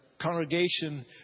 congregation